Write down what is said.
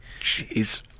Jeez